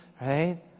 right